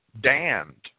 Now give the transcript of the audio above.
damned